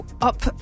Up